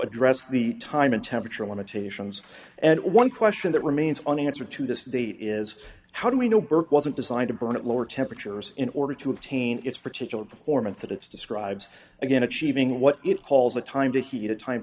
address the time and temperature limitations and one question that remains on the answer to this date is how do we know burke wasn't designed to burn at lower temperatures in order to obtain its particular performance that it's describes again achieving what it calls a time to heat a time